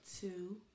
two